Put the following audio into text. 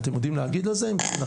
אתם יודעים להגיד אם זה נכון?